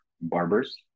barbers